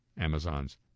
Amazon's